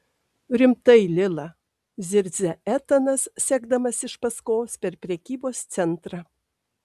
rimtai lila zirzia etanas sekdamas iš paskos per prekybos centrą